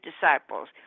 disciples